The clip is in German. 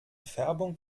färbung